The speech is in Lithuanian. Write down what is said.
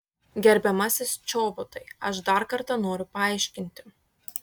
gerbiamasis čobotai aš dar kartą noriu paaiškinti